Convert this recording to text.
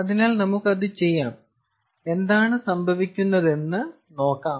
അതിനാൽ നമുക്ക് അത് ചെയ്യാം എന്താണ് സംഭവിക്കുന്നതെന്ന് നോക്കാം